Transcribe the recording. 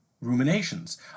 ruminations